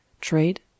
Trade